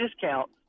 discount